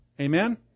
Amen